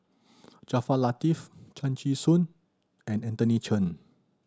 Jaafar Latiff Chan Chee Soon and Anthony Chen